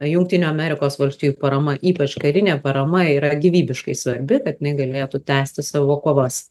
jungtinių amerikos valstijų parama ypač karinė parama yra gyvybiškai svarbi kad jinai galėtų tęsti savo kovas